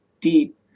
deep